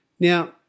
Now